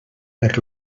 per